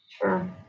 Sure